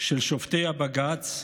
של שופטי בג"ץ,